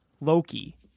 Loki